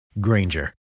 Granger